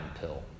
pill